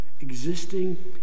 existing